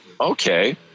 okay